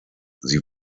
sie